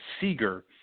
Seeger